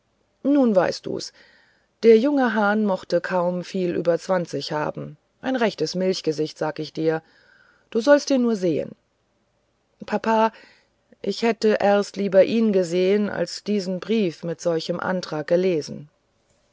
nun wißt du's der junge hahn mochte kaum viel über zwanzig haben ein rechtes milchgesicht sag ich dir du sollst ihn nur sehen papa ich hätte erst ihn lieber gesehen als seinen brief mit solchem antrag gelesen